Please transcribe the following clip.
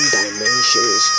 dimensions